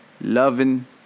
loving